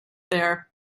there